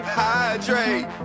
hydrate